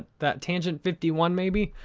that's tangent fifty one, maybe?